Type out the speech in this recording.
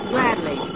Gladly